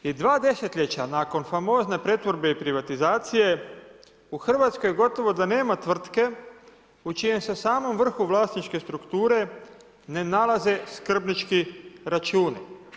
I dva desetljeća nakon famozne pretvorbe i privatizacije u Hrvatskoj gotovo da nema tvrtke u čijem se samom vrhu vlasničke strukture ne nalaze skrbnički računi.